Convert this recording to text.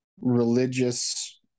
religious